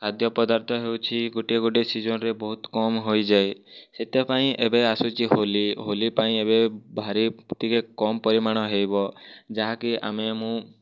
ଖାଦ୍ୟ ପଦାର୍ଥ ହେଉଛି ଗୋଟେ ଗୋଟେ ସିଜନ୍ରେ ବହୁତ କମ୍ ହୋଇଯାଏ ସେଇଟା ପାଇଁ ଏବେ ଆସୁଛି ହୋଲି ହୋଲି ପାଇଁ ଏବେ ଭାରି ଟିକେ କମ୍ ପରିମାଣ ହେବ ଯାହା କି ଆମେ ମୁଁ